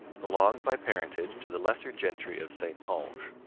belonged by parentage to the lesser gentry of saintonge.